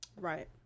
Right